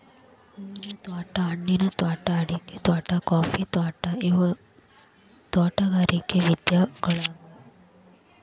ಹೂವಿನ ತ್ವಾಟಾ, ಹಣ್ಣಿನ ತ್ವಾಟಾ, ಅಡಿಕಿ ತ್ವಾಟಾ, ಕಾಫಿ ತ್ವಾಟಾ ಇವು ತೋಟಗಾರಿಕ ವಿಧಗಳ್ಯಾಗ್ಯವು